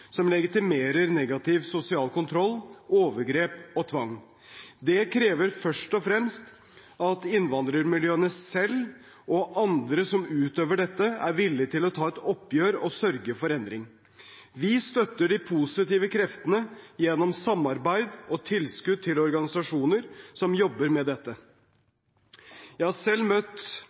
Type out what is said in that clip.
som legitimerer negativ sosial kontroll, overgrep og tvang. Det krever først og fremst at innvandrermiljøene selv og andre som utøver dette, er villige til å ta et oppgjør og sørge for endring. Vi støtter de positive kreftene gjennom samarbeid og tilskudd til organisasjoner som jobber med dette. Jeg har selv møtt